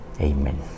amen